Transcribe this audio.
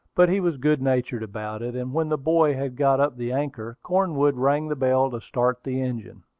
but he was good-natured about it, and when the boy had got up the anchor, cornwood rang the bell to start the engine.